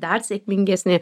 dar sėkmingesni